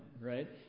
right